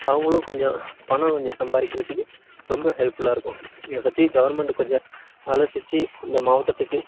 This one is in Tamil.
அவங்களும் கொஞ்சம் பணம் கொஞ்சம் சம்பாதிக்கிறதுக்கு ரொம்ப ஹெல்ப்ஃபுல்லாக இருக்கும் இதை பற்றி கவுர்மெண்ட் கொஞ்சம் ஆலோசிச்சு இந்த மாவட்டத்துக்கு